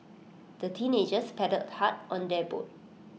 the teenagers paddled hard on their boat